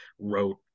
wrote